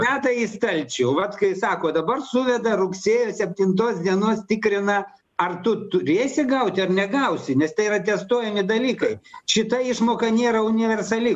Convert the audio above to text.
deda į stalčių vat kai sako dabar suveda rugsėjo septintos dienos tikrina ar tu turėsi gauti ar negausi nes tai yra testuojami dalykai šita išmoka nėra universali